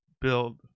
build